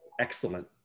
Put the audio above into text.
Excellent